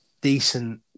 decent